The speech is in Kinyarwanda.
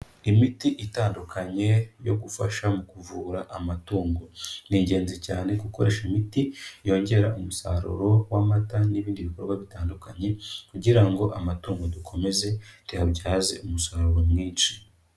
Imiti itandukanye yo gufasha mu kuvura amatungo. Ni ingenzi cyane gukoresha imiti yongera umusaruro w'amata n'ibindi bikorwa bitandukanye kugira ngo amatungo dukomeze tuyabyaze umusaruro mwinshi.